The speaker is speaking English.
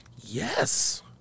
Yes